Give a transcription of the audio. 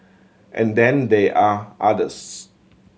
and then they are others